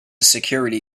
security